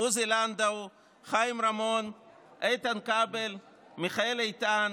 עוזי לנדאו, חיים רמון, איתן כבל, מיכאל איתן,